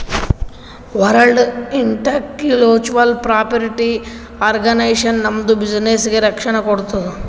world Intellectual Property Organization ನಮ್ದು ಬಿಸಿನ್ನೆಸ್ಗ ರಕ್ಷಣೆ ಕೋಡ್ತುದ್